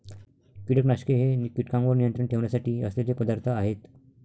कीटकनाशके हे कीटकांवर नियंत्रण ठेवण्यासाठी असलेले पदार्थ आहेत